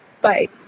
Bye